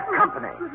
company